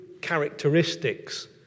characteristics